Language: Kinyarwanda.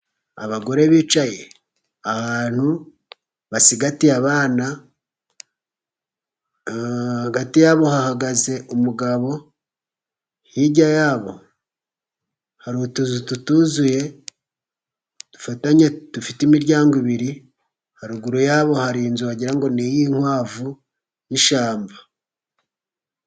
Abagore bicaye ahantu basigatiye abana. Hagati yabo hahagaze umugabo. Hirya yabo hari utuzu tutuzuye dufatanye dufite imiryango ibiri. Haruguru yabo hari inzu wagira ngo ni iy'inkwavu, n'ishyamba.